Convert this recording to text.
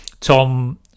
tom